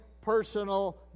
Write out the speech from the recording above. personal